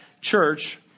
church